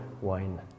wine